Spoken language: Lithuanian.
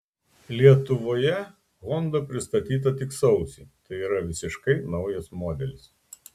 lietuvoje honda pristatyta tik sausį tai yra visiškai naujas modelis